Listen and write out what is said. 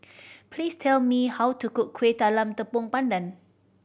please tell me how to cook Kueh Talam Tepong Pandan